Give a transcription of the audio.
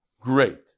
Great